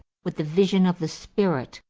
with the vision of the spirit,